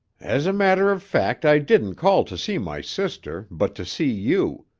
as a matter of fact i didn't call to see my sister, but to see you.